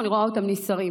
אני רואה אותם נסערים.